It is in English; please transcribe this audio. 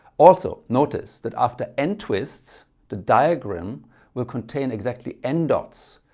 also notice that after n twists the diagram will contain exactly n dots,